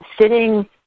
sitting